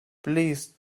please